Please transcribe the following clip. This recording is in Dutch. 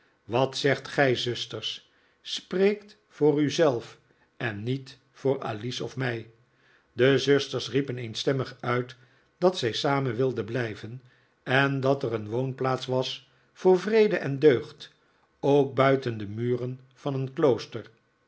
wat zegt gij zusters spreekt voor u zelf en niet voor alice of voor mij de zusters riepen eenstemmig uit dat zij samen wilden blijven en dat er een woonplaats was voor vrede en deugd ook buiten de muren van een klooster